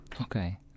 Okay